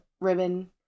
ribbon